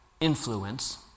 influence